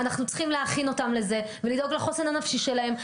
אנחנו צריכים להכין אותם לזה ולדאוג לחוסן הנפשי שלהם.